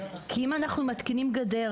כי אם אנחנו מתקינים גדר,